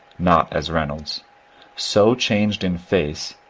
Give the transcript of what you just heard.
not as re molds so changed in face,